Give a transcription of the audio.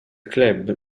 club